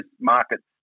markets